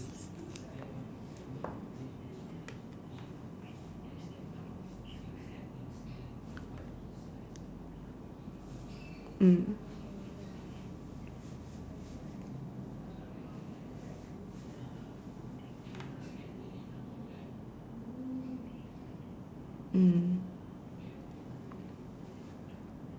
mm mm